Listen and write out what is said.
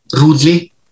rudely